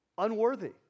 Unworthy